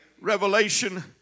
Revelation